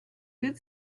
good